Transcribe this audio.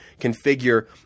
configure